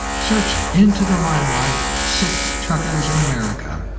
search into the like um like sikh truckers in america.